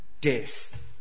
death